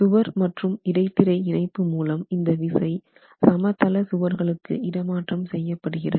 சுவர் மற்றும் இடைத்திரை இணைப்பு மூலம் இந்த விசை சமதள சுவர்களுக்கு இடமாற்றம் செய்ய படுகிறது